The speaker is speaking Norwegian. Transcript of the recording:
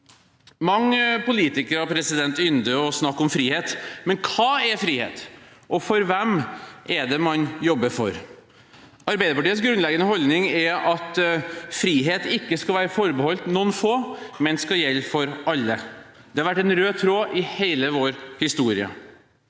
Mange politikere ynder å snakke om frihet, men hva er frihet, og for hvem er det man jobber? Arbeiderpartiets grunnleggende holdning er at frihet ikke skal være forbeholdt noen få, men skal gjelde for alle. Det har vært en rød tråd i hele vår historie.